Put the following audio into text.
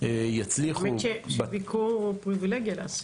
יצליחו --- האמת היא שביקור הוא פריבילגיה לאסיר.